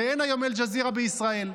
ואין היום אל-ג'זירה בישראל.